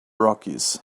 rockies